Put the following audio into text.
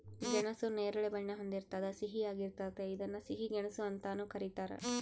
ಗೆಣಸು ನೇರಳೆ ಬಣ್ಣ ಹೊಂದಿರ್ತದ ಸಿಹಿಯಾಗಿರ್ತತೆ ಇದನ್ನ ಸಿಹಿ ಗೆಣಸು ಅಂತಾನೂ ಕರೀತಾರ